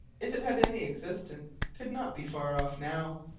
if it had any existence could not be far off now.